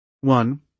One